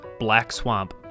BLACKSWAMP